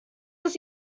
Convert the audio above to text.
ist